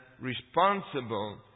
responsible